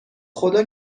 خدا